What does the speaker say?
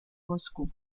moscú